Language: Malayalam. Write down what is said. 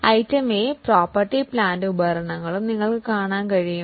അതിനാൽ പ്രോപ്പർട്ടി പ്ലാന്റും ഉപകരണങ്ങളും നിങ്ങൾക്ക് കാണാൻ കഴിയും